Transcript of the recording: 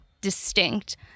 distinct